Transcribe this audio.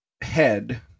head